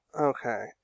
Okay